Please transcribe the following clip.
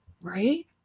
Right